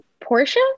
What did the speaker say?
Portia